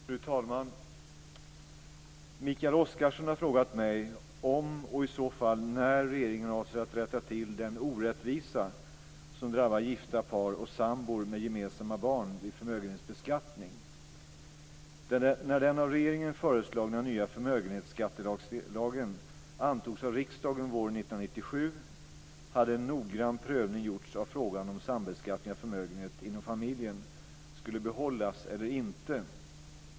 Fru talman! Mikael Oscarsson har frågat mig om och i så fall när regeringen avser att rätta till den orättvisa som drabbar gifta par och sambor med gemensamma barn vid förmögenhetsbeskattning. När den av regeringen föreslagna nya förmögenhetsskattelagen antogs av riksdagen våren 1997 hade en noggrann prövning gjorts av frågan om ifall sambeskattningen av förmögenhet inom familjen skulle behållas eller inte.